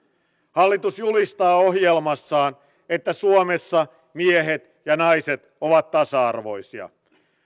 hallitus julistaa ohjelmassaan että suomessa miehet ja naiset ovat tasa arvoisia